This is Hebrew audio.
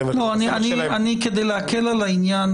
כדי להקל על העניין,